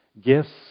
gifts